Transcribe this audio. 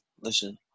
listen